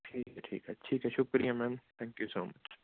ਠੀਕ ਹੈ ਠੀਕ ਹੈ ਠੀਕ ਹੈ ਸ਼ੁਕਰੀਆਂ ma'am thank you so much